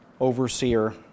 overseer